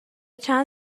چند